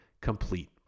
complete